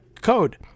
code